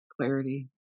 clarity